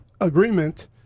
agreement